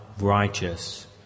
righteous